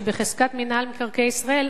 שהיא בחזקת מינהל מקרקעי ישראל,